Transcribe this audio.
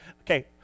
Okay